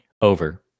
Over